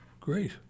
Great